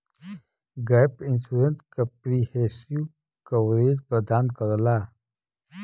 gap insurance comprehensive coverage प्रदान करला